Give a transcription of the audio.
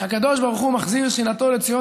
שהקדוש ברוך הוא מחזיר את שכינתו לציון